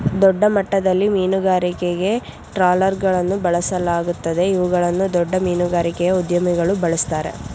ದೊಡ್ಡಮಟ್ಟದಲ್ಲಿ ಮೀನುಗಾರಿಕೆಗೆ ಟ್ರಾಲರ್ಗಳನ್ನು ಬಳಸಲಾಗುತ್ತದೆ ಇವುಗಳನ್ನು ದೊಡ್ಡ ಮೀನುಗಾರಿಕೆಯ ಉದ್ಯಮಿಗಳು ಬಳ್ಸತ್ತರೆ